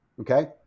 Okay